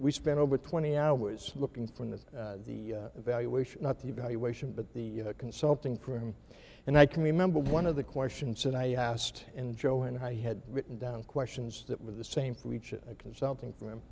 we spent over twenty hours looking for in the the evaluation not the evaluation but the consulting firm and i can remember one of the questions that i asked and joe and i had written down questions that were the same for reaching a consulting firm